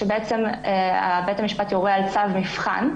כאשר בית המשפט יורה על צו מבחן,